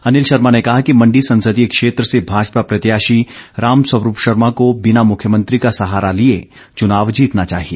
अनिल शर्मा ने कहा कि मण्डी संसदीय क्षेत्र से भाजपा प्रत्याशी रामस्वरूप शर्मा को बिना मुख्यमंत्री का सहारा लिए चुनाव जीतना चाहिए